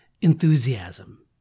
enthusiasm